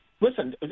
listen